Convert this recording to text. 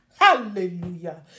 Hallelujah